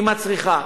עם הצריכה.